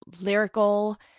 lyrical